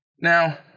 Now